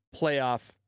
playoff